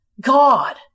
God